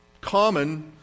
common